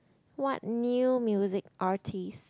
what new music artist